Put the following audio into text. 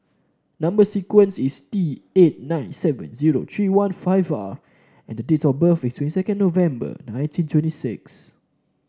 number sequence is T eight nine seven zero three one five R and the date of birth is twenty second November nineteen twenty six